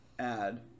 add